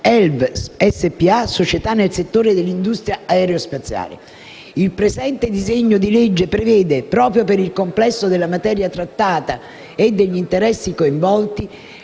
Elv spa (società nel settore dell'industria aerospaziale). Il presente disegno di legge , proprio per il complesso della materia trattata e degli interessi coinvolti,